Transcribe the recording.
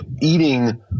eating